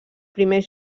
primer